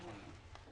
נכון.